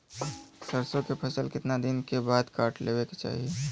सरसो के फसल कितना दिन के बाद काट लेवे के चाही?